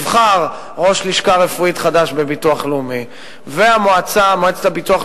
נבחר ראש לשכה רפואית חדש בביטוח הלאומי ומועצת הביטוח